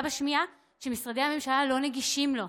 בשמיעה שמשרדי הממשלה לא נגישים לו.